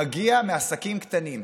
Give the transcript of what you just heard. מגיע מעסקים קטנים,